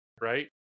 right